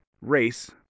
race